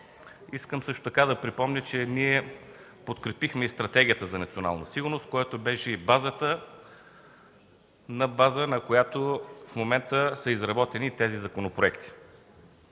Искам също така да припомня, че ние подкрепихме и Стратегията за национална сигурност, която беше базата, на която в момента се изработени тези законопроекти.